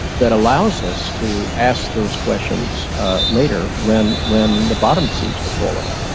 that allows us to ask those questions later when when the bottom seems to fall out.